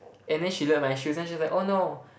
and then she look at my shoes then she was like oh no